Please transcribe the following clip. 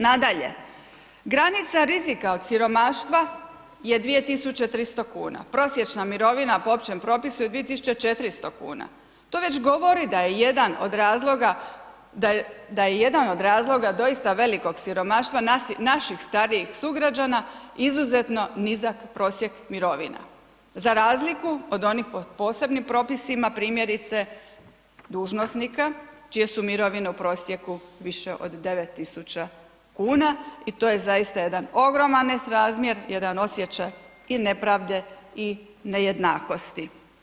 Nadalje, granica rizika od siromaštva je 2.300,00 kn, prosječna mirovina po općem propisu je 2.400,00 kn, to već govori da je jedan od razloga doista velikog siromaštva naših starijih sugrađana izuzetno nizak prosjek mirovina za razliku od onih po posebnim propisima, primjerice dužnosnika, čije su mirovine u prosjeku više od 9.000,00 kn i to je zaista jedan ogroman nesrazmjer, jedan osjećaj i nepravde i nejednakosti.